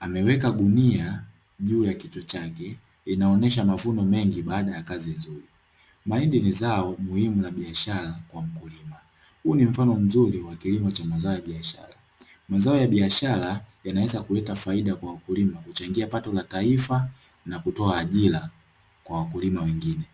ameweka gunia juu ya kichwa chake, inaonyesha mavuno mengi baada ya kazi nzuri, mahindi ni zao muhimu la biashara kwa mkulima, huu ni mfano mzuri wa kilimo cha mazao ya biashara, mazao ya biashara yanaweza kuleta faida kwa wakulima, kuchangia pato la taifa na kutoa ajira kwa wakulima wengine.